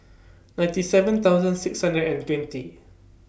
ninety seven thousand six hundred and twenty